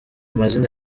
mazina